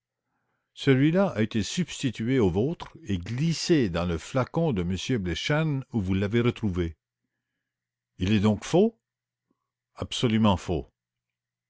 celui-là a été substitué au vôtre et glissé dans le flacon de m bleichen où vous l'avez retrouvé il est donc faux absolument faux